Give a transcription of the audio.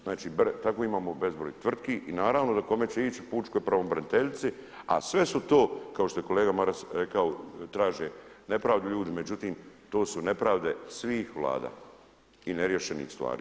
Znači tako imamo bezbroj tvrtki i naravno da kome će ići, pučkoj pravobraniteljici a sve su to kao što je kolega Maras rekao, traže nepravdu ljudi, međutim to su nepravde svih vlada i ne riješenih stvari.